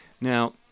Now